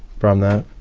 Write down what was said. from that.